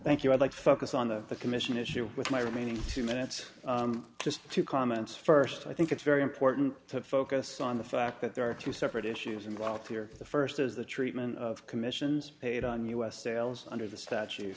thank you i'd like to focus on the commission issue with my remaining two minutes just two comments first i think it's very important to focus on the fact that there are two separate issues involved here the first is the treatment of commissions paid on u s sales under the statu